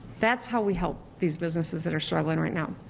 that's how we help these businesses that are struggling right now.